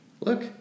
look